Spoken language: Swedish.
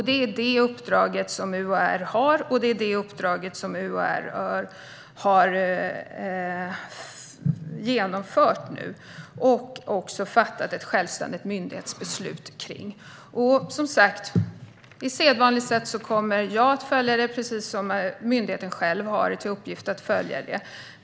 Det är detta uppdrag som UHR nu har genomfört, och man har också fattat ett självständigt myndighetsbeslut. På sedvanligt sätt kommer jag att följa detta, precis som myndigheten själv har till uppgift att följa det.